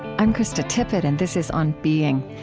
i'm krista tippett and this is on being.